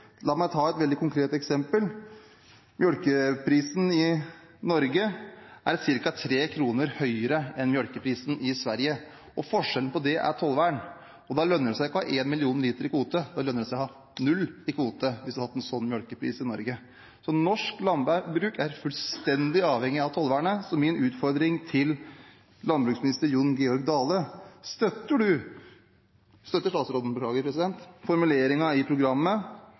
La meg ta et veldig konkret eksempel: Melkeprisen i Norge er ca. 3 kr høyere enn melkeprisen i Sverige. Forskjellen på det er tollvern. Da lønner det seg ikke å ha 1 million liter i kvote. Da lønner det seg å ha 0 i kvote hvis vi hadde hatt en slik melkepris i Norge. Norsk landbruk er fullstendig avhengig av tollvernet. Så min utfordring til landbruksminister Jon Georg Dale er: Støtter statsråden formuleringen i programmet